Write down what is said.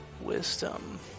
Wisdom